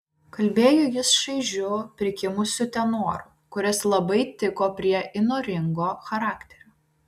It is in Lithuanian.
kalbėjo jis šaižiu prikimusiu tenoru kuris labai tiko prie įnoringo charakterio